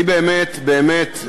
אני באמת באמת,